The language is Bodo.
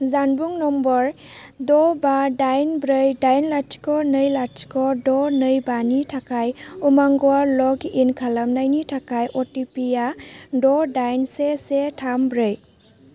जानबुं नम्बर द' बा दाइन ब्रै दाइन लाथिख' नै लाथिख' द' नै बानि थाखाय उमांगआव लग इन खालामनायनि थाखाय अटिपि आ द' दाइन से से थाम ब्रै